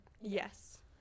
Yes